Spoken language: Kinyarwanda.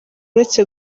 uretse